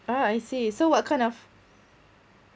ah I see so what kind of